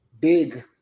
big